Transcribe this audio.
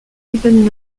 even